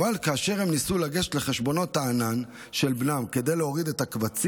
אבל כאשר הם ניסו לגשת לחשבונות הענן של בנם כדי להוריד את הקבצים,